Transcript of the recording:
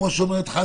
כמו שאומרת חני,